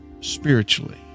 spiritually